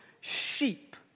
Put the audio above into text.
sheep